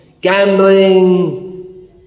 gambling